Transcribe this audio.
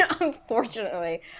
Unfortunately